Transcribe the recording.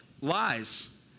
Lies